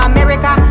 America